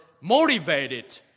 motivated